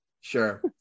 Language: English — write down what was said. Sure